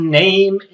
name